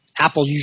Apple